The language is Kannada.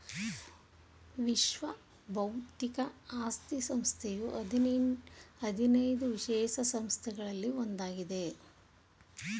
ವಿಶ್ವ ಬೌದ್ಧಿಕ ಆಸ್ತಿ ಸಂಸ್ಥೆಯು ಹದಿನೈದು ವಿಶೇಷ ಸಂಸ್ಥೆಗಳಲ್ಲಿ ಒಂದಾಗಿದೆ